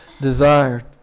desired